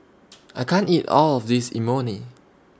I can't eat All of This Imoni